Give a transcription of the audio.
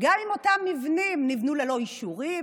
וגם אם אותם מבנים נבנו ללא אישורים.